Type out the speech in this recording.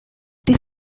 this